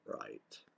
right